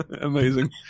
Amazing